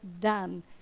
done